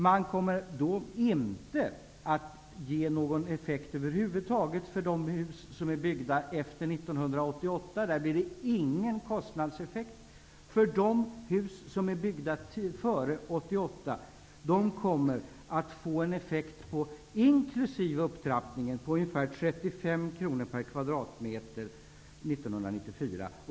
Det kommer inte att medföra någon kostnadseffekt över huvud taget på de hus som är byggda efter 1988. När det gäller hus byggda före 1988 blir effekten inkl. upptrappningen ungefär 35 kronor per kvadratmeter 1994.